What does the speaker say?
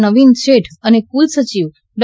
નવીન શેઠ અને કુલસચિવ ડો